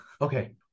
Okay